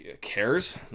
cares